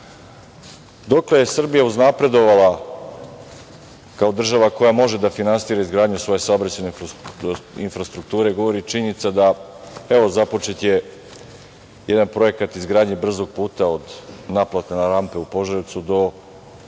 ljudi. Dokle je Srbija uznapredovala kao država koja može da finansira izgradnju svoje saobraćajne infrastrukture govori i činjenica da evo započet je jedan projekat izgradnje brzog puta od naplatne rampe u Požarevcu do